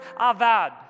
avad